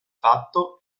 fatto